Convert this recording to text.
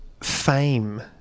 fame